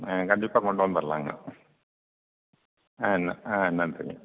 ஆ கண்டிப்பாக கொண்டு வந்துடலாங்க ஆ ஆ நன்றிங்க